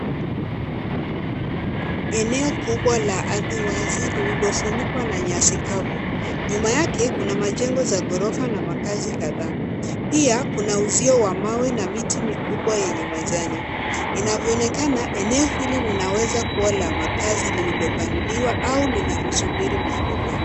Eneo kubwa la ardhi wazi lililofunikwa na nyasi kavu. Nyuma yake kuna majengo za ghorofa na makazi kadhaa. Pia kuna uzio wa mawe na miti mikubwa yenye majani. Inavyoonekana, eneo hili linaweza kuwa la makazi lililopanuliwa au linalosubiri maendeleo.